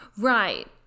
Right